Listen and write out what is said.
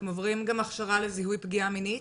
הם עוברים גם הכשרה לזיהוי פגיעה מינית?